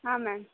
ಹಾಂ ಮ್ಯಾಮ್